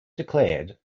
declared